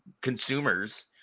consumers